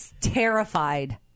terrified